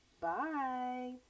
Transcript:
Bye